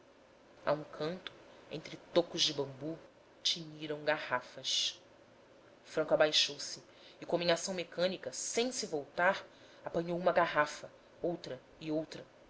um canto entre tocos de bambu tiniram garrafas franco abaixou-se e como em ação mecânica sem se voltar apanhou uma garrafa outra e outra